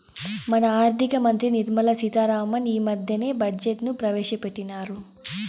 మన ఆర్థిక మంత్రి నిర్మలా సీతా రామన్ ఈ మద్దెనే బడ్జెట్ ను ప్రవేశపెట్టిన్నారు